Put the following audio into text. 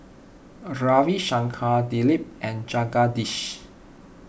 Ravi Shankar Dilip and Jagadish